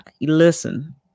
listen